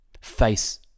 Face